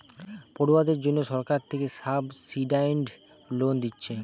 পড়ুয়াদের জন্যে সরকার থিকে সাবসিডাইস্ড লোন দিচ্ছে